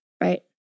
right